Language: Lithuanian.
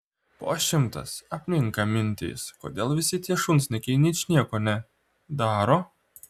po šimtas apninka mintys kodėl visi tie šunsnukiai ničnieko ne daro